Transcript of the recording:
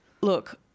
look